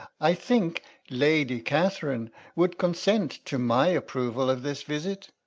i think lady catherine would consent to my approval of this visit,